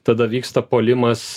tada vyksta puolimas